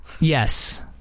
Yes